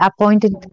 appointed